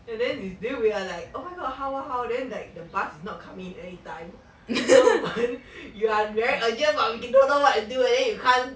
and then we then we are like oh no how ah how ah then like the bus is not coming anytime no but you are very urgent [what] we didn't know what to do and then you can't